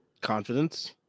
confidence